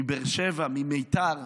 מבאר שבע, ממיתר,